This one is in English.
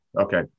Okay